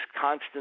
constant